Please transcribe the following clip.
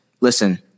listen